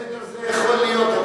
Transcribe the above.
ב"סדר" זה יכול להיות.